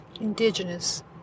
Indigenous